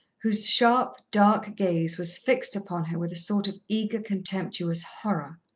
whose sharp, dark gaze was fixed upon her with a sort of eager, contemptuous horror.